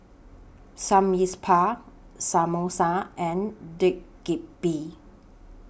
Samgyeopsal Samosa and Dak Galbi